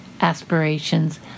aspirations